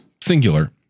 singular